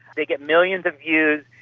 they get millions of views,